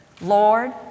Lord